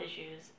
issues